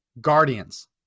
Guardians